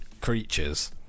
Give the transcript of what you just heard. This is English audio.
creatures